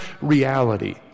reality